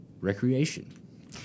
Recreation